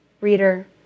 Reader